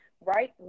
right